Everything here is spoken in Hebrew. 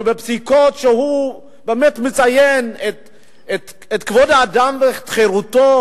בפסיקות שהוא באמת מציין את כבוד האדם ואת חירותו